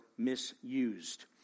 misused